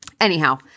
anyhow